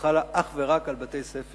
החלה אך ורק על בתי-ספר